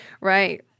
Right